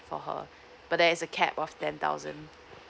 for her but there's a cap of ten thousand